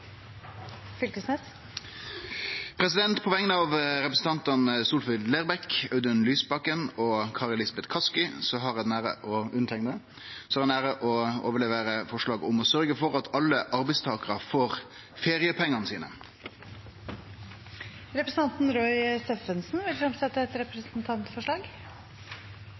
representantforslag. På vegner av representantane Solfrid Lerbrekk, Audun Lysbakken, Kari Elisabeth Kaski og meg sjølv har eg æra å overlevere eit forslag om å sørgje for at alle arbeidstakarar får feriepengane sine. Representanten Roy Steffensen vil fremsette et representantforslag.